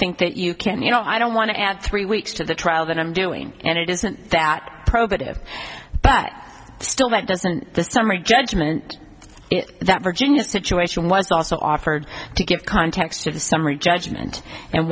think that you can you know i don't want to add three weeks to the trial that i'm doing and it isn't that probative but still that doesn't the summary judgment that virginia situation was also offered to give context to the summary judgment and